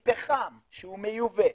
מפחם, שהוא מיובא